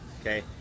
okay